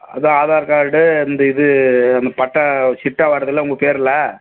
அதான் ஆதார் கார்டு இந்த இது அந்த பட்டா சிட்டா வருதுல்ல உங்கள் பேரில்